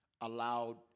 allowed